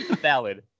valid